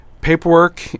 paperwork